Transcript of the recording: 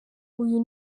uyu